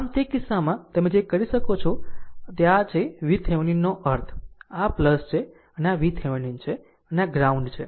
આમ તે કિસ્સામાં તમે જે કરી શકો તે છે આમ આ છે VThevenin નો અર્થ આ છે અને આ VTheveninછે અને આ ગ્રાઉન્ડ છે